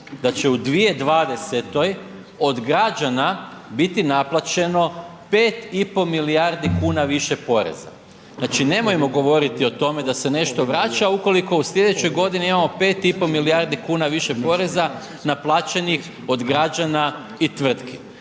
da će u 2020. od građana biti naplaćeno 5 i pol milijardi kuna više poreza. Znači nemojmo govoriti o tome da se nešto vraća ukoliko u slijedećoj godini imamo 5 i pol milijardi kuna više poreza naplaćenih od građana i tvrtki.